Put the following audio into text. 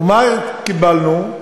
ומה קיבלנו?